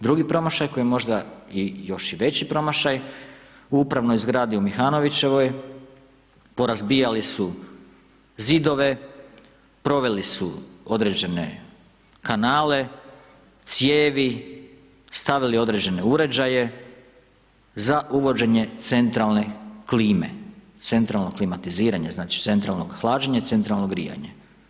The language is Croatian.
Drugi promašaj koji možda je još i veći promašaj, u upravnoj zgradi u Mihanovićevoj, porazbijali su zidove, proveli su određene kanale, cijevi, stavili određene uređaje z uvođenje centralne klime, centralno klimatiziranje, znači centralno hlađenje i centralno grijanje.